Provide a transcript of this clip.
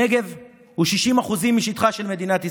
הנגב הוא 60% משטחה של מדינת ישראל,